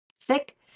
thick